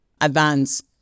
advance